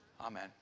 Amen